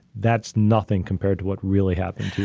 that's nothing compared to what really happened to you.